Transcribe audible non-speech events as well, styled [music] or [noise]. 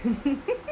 [laughs]